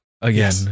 again